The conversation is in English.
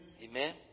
Amen